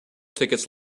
tickets